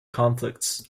conflicts